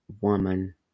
Woman